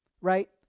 right